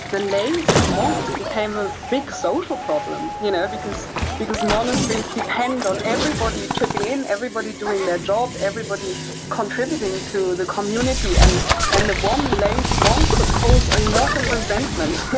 the lazy monk became a big social problem. you know, because because monasteries depend on everybody chipping in, everybody doing their job, everybody contributing to the community. and and the one lazy monk could cause a lot of resentment.